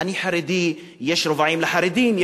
אני חרדי אז יש רבעים לחרדים,